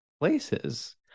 places